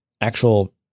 actual